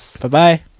Bye-bye